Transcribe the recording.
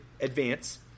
advance